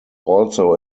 also